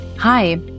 Hi